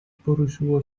poruszyło